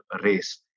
race